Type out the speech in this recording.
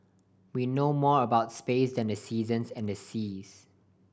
we know more about space than the seasons and the seas